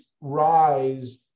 rise